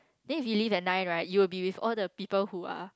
then if you leave at nine right you'll be with all the people who are